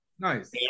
Nice